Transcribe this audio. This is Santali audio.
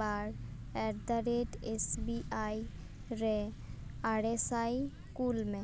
ᱵᱟᱨ ᱮᱴᱫᱟᱨᱮᱴ ᱮᱥ ᱵᱤ ᱟᱭ ᱨᱮ ᱟᱨᱮ ᱥᱟᱭ ᱠᱳᱞ ᱢᱮ